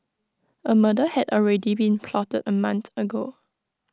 A murder had already been plotted A month ago